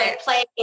play